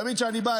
תמיד כשאני בא,